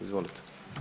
Izvolite.